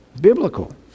biblical